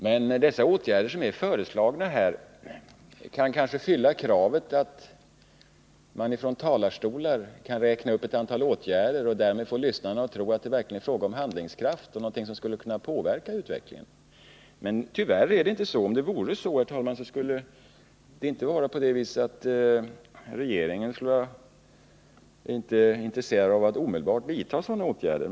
Men dessa åtgärder som föreslås kan möjligen uppfylla kravet, att när man räknar upp dem från talarstolen, skall lyssnarna tro att det verkligen är fråga om handlingskraft och någonting som skulle kunna påverka utvecklingen. Men tyvärr är det inte så. Om det vore så, herr talman, skulle regeringen inte vara ointresserad av att omedelbart vidta sådana åtgärder.